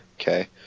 okay